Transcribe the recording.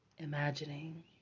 Imagining